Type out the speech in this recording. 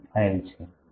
5 છે